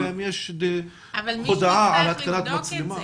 אלא אם יש הודעה על התקנת מצלמה.